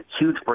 huge